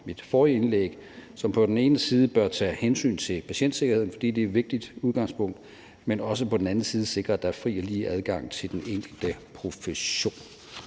mit forrige indlæg, som på den ene side bør tage hensyn til patientsikkerheden, fordi det er et vigtigt udgangspunkt, men også på den anden side sikrer, at der er fri og lige adgang til den enkelte profession.